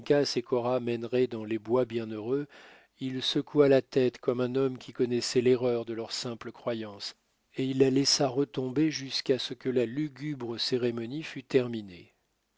et cora mèneraient dans les bois bienheureux il secoua la tête comme un homme qui connaissait l'erreur de leur simple croyance et il la laissa retomber jusqu'à ce que la lugubre cérémonie fût terminée